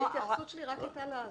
ההתייחסות שלי הייתה רק לסיפה.